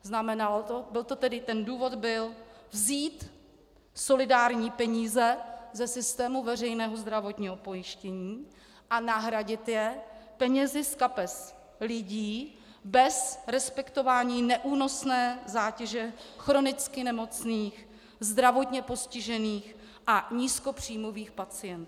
Znamenalo to, ten důvod byl vzít solidární peníze ze systému veřejného zdravotního pojištění a nahradit je penězi z kapes lidí bez respektování neúnosné zátěže chronicky nemocných, zdravotně postižených a nízkopříjmových pacientů.